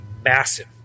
massive